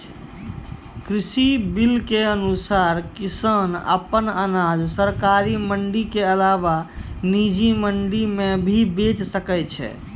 कृषि बिल के अनुसार किसान अप्पन अनाज सरकारी मंडी के अलावा निजी मंडी मे भी बेचि सकै छै